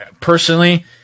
personally